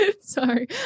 Sorry